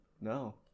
No